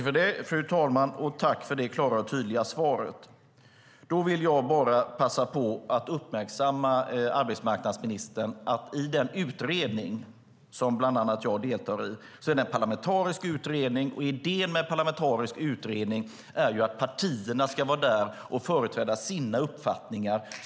Fru talman! Jag tackar för det klara och tydliga svaret. Då vill jag bara passa på att uppmärksamma arbetsmarknadsministern på att den utredning som bland annat jag deltar i är en parlamentarisk utredning. Idén med en parlamentarisk utredning är att partierna ska vara där och företräda sina uppfattningar.